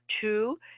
two